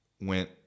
went